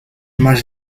más